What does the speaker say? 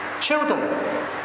children